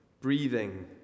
Breathing